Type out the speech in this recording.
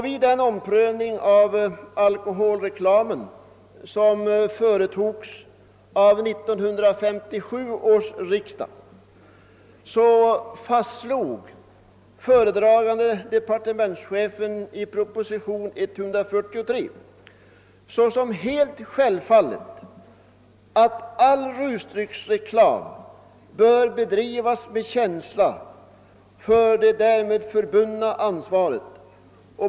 Vid den omprövning av frågan om alkoholreklamen, som företogs av 1957 års riksdag, fastslog föredragande departementschefen i proposition nr 143 såsom »självfallet att all rusdrycksreklam bör bedrivas med känsla för det därmed förbundna ansvaret.